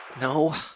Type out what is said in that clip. No